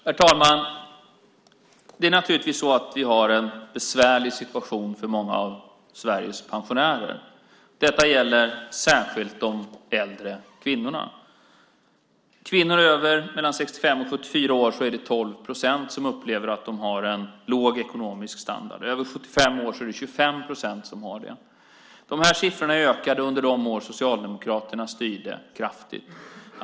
Herr talman! Det är naturligtvis så att vi har en besvärlig situation för många av Sveriges pensionärer. Detta gäller särskilt de äldre kvinnorna. Bland kvinnor mellan 65 och 74 år är det 12 procent som upplever att de har en låg ekonomisk standard. Över 75 år är det 25 procent som har det. De här siffrorna ökade kraftigt under de år Socialdemokraterna styrde.